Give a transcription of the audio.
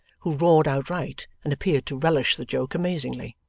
who roared outright and appeared to relish the joke amazingly.